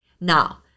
Now